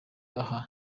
aha